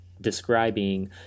describing